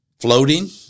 Floating